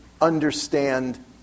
understand